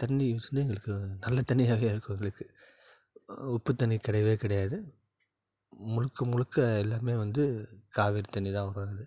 தண்ணி நல்ல தண்ணியாகவே இருக்கும் எங்களுக்கு உப்பு தண்ணி கிடையவே கிடையாது முழுக்க முழுக்க எல்லாம் வந்து காவேரி தண்ணி தான்